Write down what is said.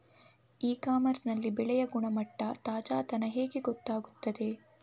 E commerce ನಲ್ಲಿ ಬೆಳೆಯ ಗುಣಮಟ್ಟ, ತಾಜಾತನ ಹೇಗೆ ಗೊತ್ತಾಗುತ್ತದೆ?